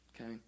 okay